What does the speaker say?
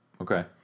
Okay